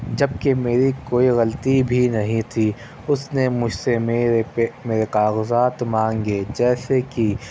جبکہ میری کوئی غلطی بھی نہیں تھی اس نے مجھ سے میرے پیپر میرے کاغذات مانگے جیسے کہ